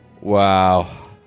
Wow